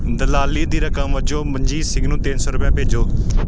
ਦਲਾਲੀ ਦੀ ਰਕਮ ਵਜੋਂ ਮਨਜੀਤ ਸਿੰਘ ਨੂੰ ਤਿੰਨ ਸੌ ਰੁਪਇਆ ਭੇਜੋ